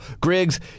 Griggs